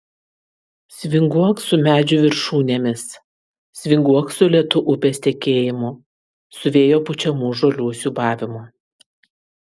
svinguok su medžių viršūnėmis svinguok su lėtu upės tekėjimu su vėjo pučiamų žolių siūbavimu